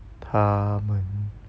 他们